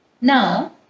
Now